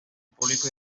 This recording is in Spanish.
público